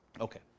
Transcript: Okay